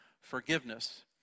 forgiveness